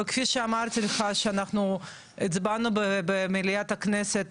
כפי שאמרתי לך כשאנחנו הצבענו במליאת הכנסת,